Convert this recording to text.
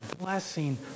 blessing